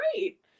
great